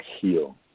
heal